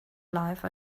life